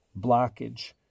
blockage